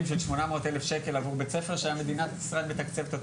של 800,000 שקל עבור בית ספר שמדינת ישראל מתקצבת אותו,